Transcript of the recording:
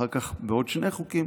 אחר כך, עוד שני חוקים.